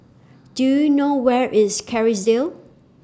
Do YOU know Where IS Kerrisdale